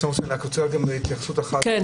אני רק רוצה גם התייחסות אחר כך,